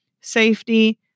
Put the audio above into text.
safety